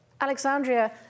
Alexandria